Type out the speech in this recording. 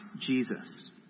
Jesus